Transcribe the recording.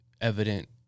evident